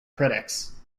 critics